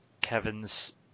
Kevin's